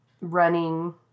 running